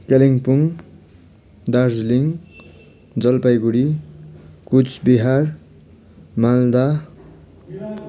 Kalimpong Darjeeling Jalpaiguri Cooch Behar Malda